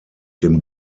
dem